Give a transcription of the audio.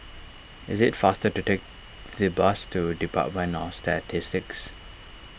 it is faster to take the bus to Department of Statistics